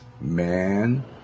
man